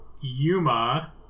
Yuma